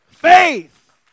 Faith